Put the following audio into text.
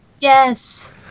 Yes